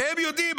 והם יודעים,